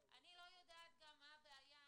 לא יודעת מה הבעיה